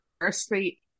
firstly